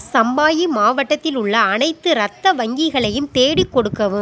சம்பாயி மாவட்டத்தில் உள்ள அனைத்து இரத்த வங்கிகளையும் தேடிக் கொடுக்கவும்